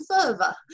further